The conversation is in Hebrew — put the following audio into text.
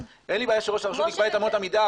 אין לי בעיה שראש הרשות יקבע את אמות המידה,